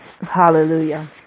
Hallelujah